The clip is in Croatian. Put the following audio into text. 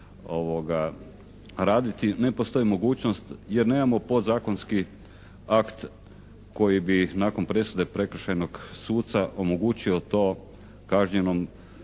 raditi ne postoji mogućnost jer nemamo podzakonski akt koji bi ih nakon presude prekršajnog suca omogućio to kažnjenom